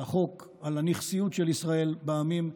על החוק ועל הנכסיות של ישראל בעמים,